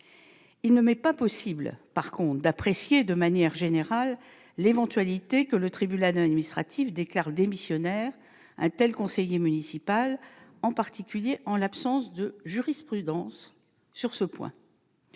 il ne m'est pas possible d'apprécier, de manière générale, l'éventualité que le tribunal administratif déclare démissionnaire un tel conseiller municipal, en particulier en l'absence de jurisprudence sur ce point.